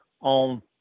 on